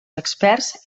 experts